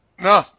No